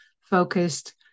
focused